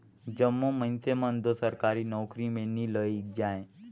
जम्मो मइनसे मन दो सरकारी नउकरी में नी लइग जाएं